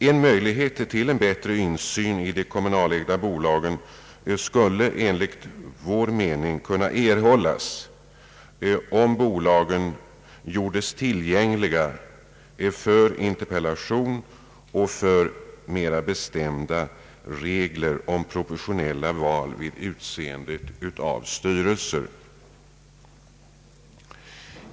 En möjlighet till en bättre insyn i de kommunalägda bolagen skulle enligt vår mening kunna erhållas, om bolagen gjordes tillgängliga för interpellation och för mera bestämda regler om proportionella val vid utseende av styrelse.